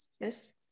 yes